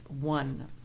one